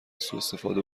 سواستفاده